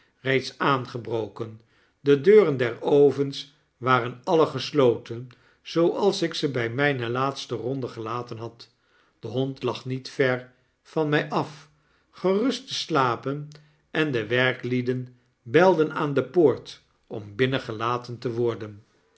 reeds aangebroken de deuren der ovens waren alien gesloten zooals ik ze bij mijne laatste ronde gelaten had de hond lag niet ver van my af gerust te slapen en de werklieden belden aan de poort om binnengelaten te worden